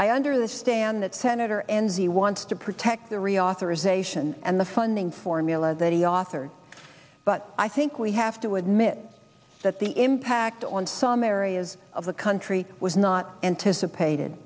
i understand that senator enzi wants to protect the reauthorization and the funding formula that he authored but i think we have to admit that the impact on some areas of the country was not anticipated